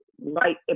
right